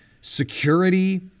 security